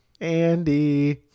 Andy